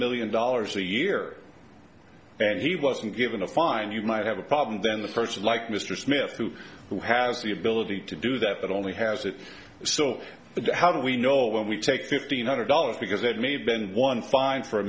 million dollars a year and he wasn't given a fine you might have a problem then the person like mr smith who has the ability to do that but only has it so how do we know when we take the fifteen hundred dollars because that may have been one five for a